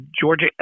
Georgia